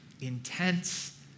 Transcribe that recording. intense